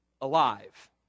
alive